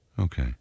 Okay